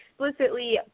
explicitly